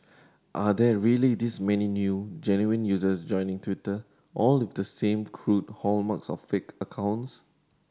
are there really this many new genuine users joining Twitter all with the same crude hallmarks of fake accounts